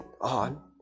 on